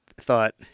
thought